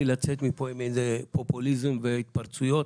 לצאת מפה עם איזה פופוליזם והתפרצויות.